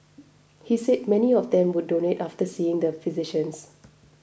he said many of them would donate after seeing the physicians